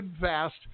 fast